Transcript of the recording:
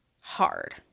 hard